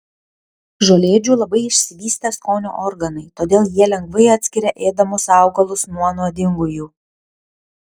žolėdžių labai išsivystę skonio organai todėl jie lengvai atskiria ėdamus augalus nuo nuodingųjų